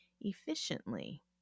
efficiently